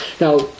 Now